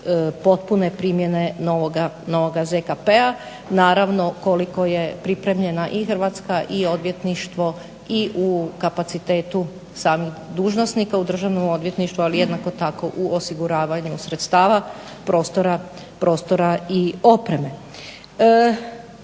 potpune primjene novoga ZKP-a naravno koliko je pripremljena i Hrvatska i odvjetništvo i u kapacitetu samih dužnosnika u Državnom odvjetništvu, ali jednako tako u osiguravanju sredstava prostora i opreme.